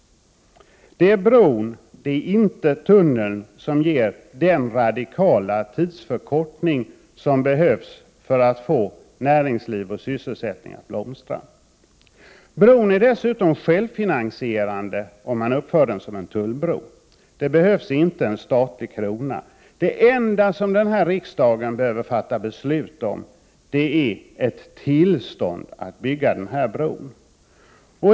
Det är bron, inte tunneln, som ger den radikala tidsförkortning som behövs för att få näringsliv och sysselsättning att blomstra. Bron är dessutom självfinansierande, om man uppför den som en tullbro. Det behövs inte en statlig krona. Det enda som riksdagen behöver fatta beslut om är ett tillstånd att bygga bron.